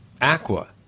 Aqua